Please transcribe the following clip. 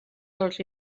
dels